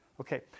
Okay